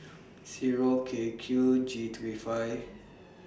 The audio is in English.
Zero K Q G three five